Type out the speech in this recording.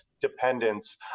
dependence